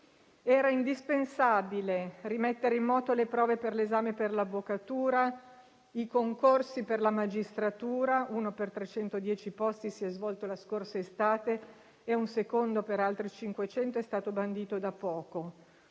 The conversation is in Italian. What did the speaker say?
Era indispensabile rimettere in moto le prove per l'esame per l'avvocatura, i concorsi per la magistratura (uno per 310 posti si è svolto la scorsa estate e un secondo per altri 500 è stato bandito da poco)